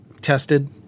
tested